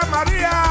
Maria